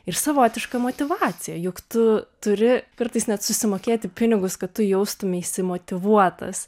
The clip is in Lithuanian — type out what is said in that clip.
ir savotiška motyvacija juk tu turi kartais net susimokėti pinigus kad tu jaustumeisi motyvuotas